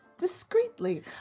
discreetly